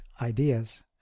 ideas